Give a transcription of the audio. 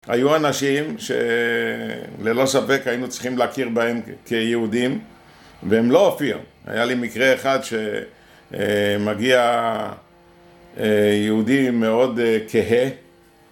היו אנשים שללא ספק היינו צריכים להכיר בהם כיהודים, והם לא הופיעו, היה לי מקרה אחד שמגיע יהודי מאוד כהה